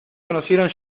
conocieron